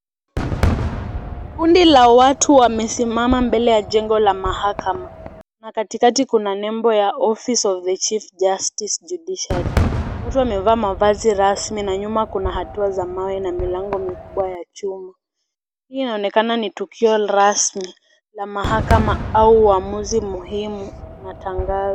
Kundi la watu wamesimama mbele ya jengo la mahakama. Na Kati kati kuna nembo ya Office of the chief justice, Judiciary . Watu wamevaa mavazi rasmi na nyuma kuna hatua za mawe na milango mikubwa ya chuma. Hii inaonekana ni tukio rasmi la mahakama au uamuzi muhimu na tangazo.